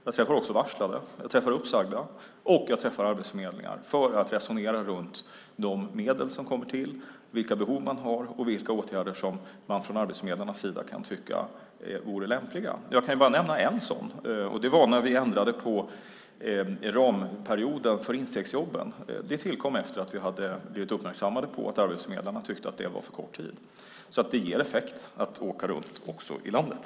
Jag träffar också varslade, uppsagda och arbetsförmedlare för att resonera om de medel som kommer till, vilka behov man har och vilka åtgärder som arbetsförmedlarna tycker vore lämpliga. Jag kan nämna en sådan, och det var när vi ändrade ramperioden för instegsjobben. Det tillkom efter att vi hade blivit uppmärksammade på att arbetsförmedlarna tyckte att det var för kort tid. Det ger också effekt att åka runt i landet.